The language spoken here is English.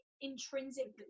intrinsically